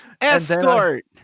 Escort